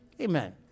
Amen